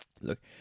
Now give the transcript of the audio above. look